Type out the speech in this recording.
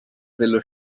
dello